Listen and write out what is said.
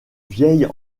vieilles